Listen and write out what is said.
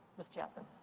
ms. chatman?